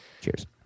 Cheers